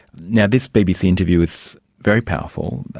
now, this bbc interview is very powerful.